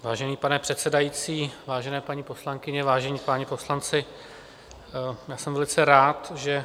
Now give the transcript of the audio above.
Vážený pane předsedající, vážené paní poslankyně, vážení páni poslanci, jsem velice rád, že